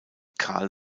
carl